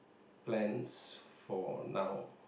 plans for now